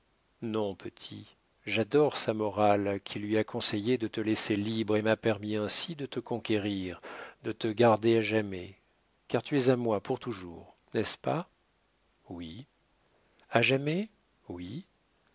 non petit j'adore sa morale qui lui a conseillé de te laisser libre et m'a permis ainsi de te conquérir de te garder à jamais car tu es à moi pour toujours n'est-ce pas oui a jamais oui